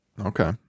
okay